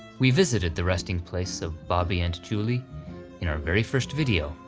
we visited the resting place of bobby and julie in our very first video,